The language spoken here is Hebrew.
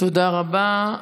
תודה רבה.